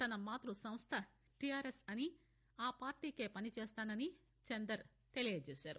తన మాత్ప సంస్ల టీఆర్ఎస్ అని ఆ పార్టీకే పనిచేస్తానని చందర్ తెలియజేశారు